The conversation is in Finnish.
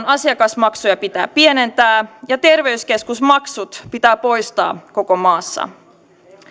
asiakasmaksuja pitää pienentää ja terveyskeskusmaksut pitää poistaa koko maassa